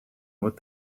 with